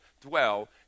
dwell